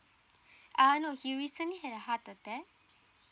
uh no he recently had a heart attack